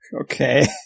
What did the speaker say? Okay